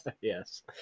Yes